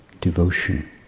devotion